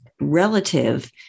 relative